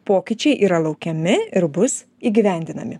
pokyčiai yra laukiami ir bus įgyvendinami